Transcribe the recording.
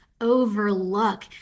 overlook